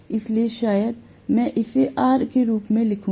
इसलिए शायद मैं इसे R के रूप में लिखूं